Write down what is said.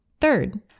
Third